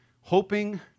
hoping